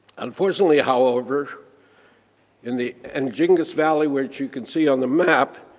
unfortunately, however, in the anjigas valley, which you can see on the map,